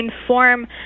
inform